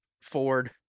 Ford